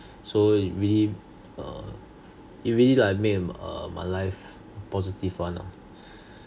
so it really err it really like made err my life positive one lor